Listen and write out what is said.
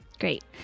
Great